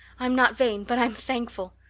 i'm not vain, but i'm thankful.